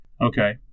okay